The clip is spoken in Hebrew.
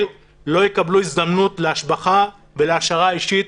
לא יקבלו הזדמנות להשבחה ולהעשרה אישית